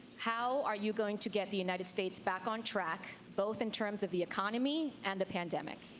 how are you going to get the united states back on track both in terms of the economy and the pandemic?